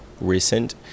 recent